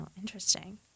interesting